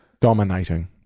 dominating